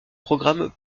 programme